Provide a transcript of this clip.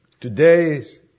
Today's